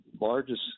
largest